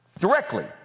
directly